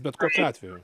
bet kokiu atveju